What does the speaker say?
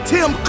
Tim